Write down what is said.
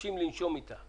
שמתקשים לנשום איתה